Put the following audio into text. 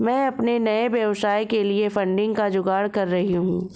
मैं अपने नए व्यवसाय के लिए फंडिंग का जुगाड़ कर रही हूं